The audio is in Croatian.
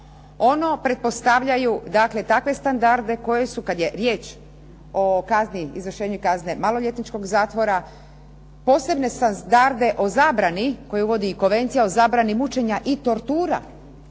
Ono pretpostavljaju, takve standarde, kada je riječ o izvršenju kazne maloljetničkog zatvora, posebne standarde o zabrani, koji uvodi i Konvencija o zabrani mučenja i tortura